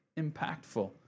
impactful